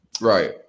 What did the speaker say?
Right